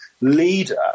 leader